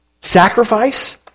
sacrifice